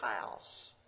house